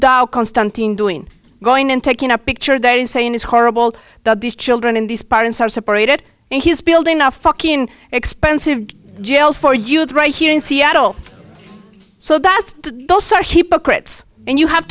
constantine doing going and taking a picture that insane is horrible that these children in these parents are separated and he's building a fucking expensive jail for youth right here in seattle so that's those are hypocrites and you have